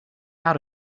out